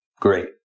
Great